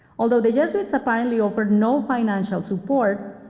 although the jesuits apparently offered no financial support,